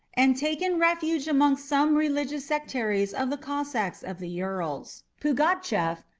and taken refuge amongst some religious sectaries of the cossacks of the ural, pugatchef,